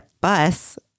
bus